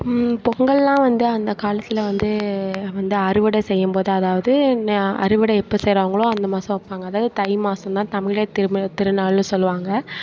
பொங்கல்லாம் வந்து அந்த காலத்தில் வந்து வந்து அறுவடை செய்யும்போது அதாவது அறுவடை எப்போ செய்கிறாங்களோ அந்த மாதம் வைப்பாங்க அதாவது தை மாதந்தான் தமிழர் திருநாள்னு சொல்லுவாங்க